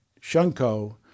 Shunko